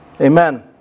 Amen